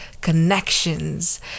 connections